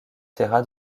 sierra